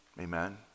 Amen